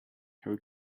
her